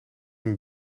een